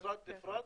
זה משרד נפרד?